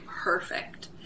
perfect